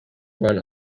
run